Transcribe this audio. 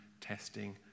testing